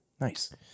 Nice